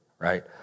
right